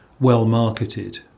well-marketed